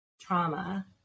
trauma